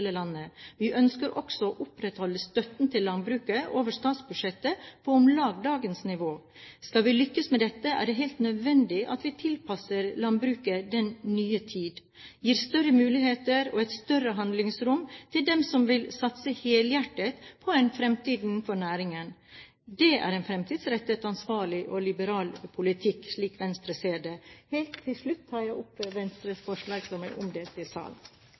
landet. Vi ønsker også å opprettholde støtten til landbruket over statsbudsjettet på om lag dagens nivå. Skal vi lykkes med dette, er det helt nødvendig at vi tilpasser landbruket den nye tid og gir større muligheter og et større handlingsrom til dem som vil satse helhjertet på en fremtid innenfor næringen. Det er en fremtidsrettet, ansvarlig og liberal politikk, slik Venstre ser det. Jeg tar opp Venstres forslag, som er omdelt i salen.